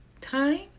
time